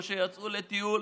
או שיצאו לטיול,